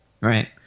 Right